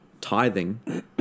tithing